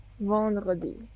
vendredi